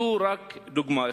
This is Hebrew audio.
זו רק דוגמה אחת.